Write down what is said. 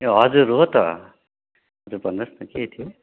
ए हजुर हो त हजुर भन्नुहोस् न के थियो